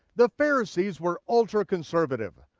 the pharisees were ultra conservative.